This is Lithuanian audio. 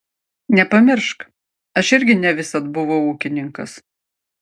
nepamiršk aš irgi ne visad buvau ūkininkas